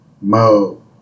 mo